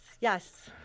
yes